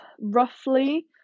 roughly